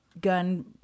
gun